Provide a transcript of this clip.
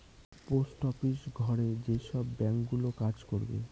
post office ঘরে যেসব bank গুলো কাজ করবে